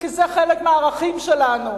כי זה חלק מהערכים שלנו.